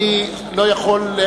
אני לא יכול,